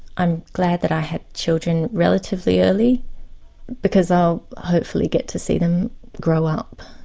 i'm glad that i had children relatively early because i'll hopefully get to see them grow up,